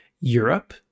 Europe